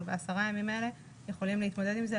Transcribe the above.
בעשרת הימים האלה יכולים להתמודד עם זה,